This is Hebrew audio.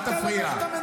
אל תשתיק אותי.